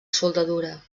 soldadura